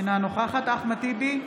אינה נוכחת אחמד טיבי,